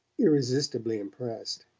irresistibly impressed.